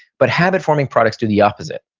but habit-forming products do the opposite.